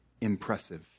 impressive